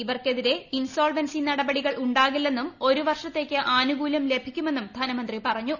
ഇവർക്കെതിരെ ഇൻസോൾവെൻസി നടപടികൾ ഉണ്ടാവില്ലെന്നും ഒരു വർഷത്തേയ്ക്ക് ആനുകൂല്യം ലഭിക്കുമെന്നും ധനമന്ത്രി പറഞ്ഞു